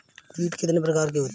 कीट कितने प्रकार के होते हैं?